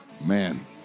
Man